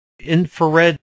Infrared